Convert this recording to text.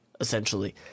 essentially